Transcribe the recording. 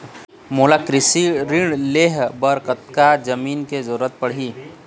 मोला कृषि ऋण लहे बर कतका जमीन के जरूरत पड़ही?